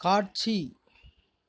காட்சி